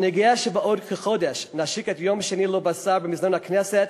אני גאה שבעוד כחודש נשיק את "יום שני ללא בשר" במזנון הכנסת,